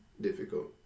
difficult